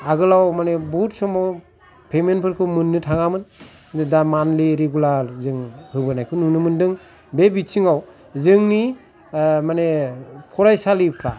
आगोलाव माने बहुथ समआव फेमेन्ट फोरखाै मोननो थाङामोन दा मानलि रिगुलार जों होबोनायखाै जों नुनो मोनदों बे बिथिंआव जोंनि माने फरायसालिफ्रा